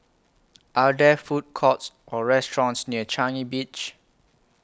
Are There Food Courts Or restaurants near Changi Beach